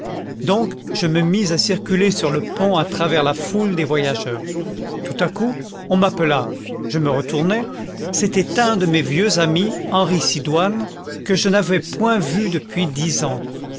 donc je me mis à circuler sur le pont à travers la foule des voyageurs tout à coup on m'appela je me retournai c'était un de mes vieux amis henri sidoine que je n'avais point vu depuis dix ans